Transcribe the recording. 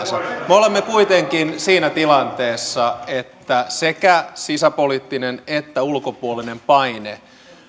olemme kuitenkin siinä tilanteessa että sekä sisäpoliittinen että ulkopuolinen paine